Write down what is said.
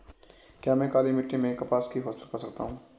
क्या मैं काली मिट्टी में कपास की फसल कर सकता हूँ?